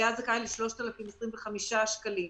היה זכאי ל-3,025 שקלים.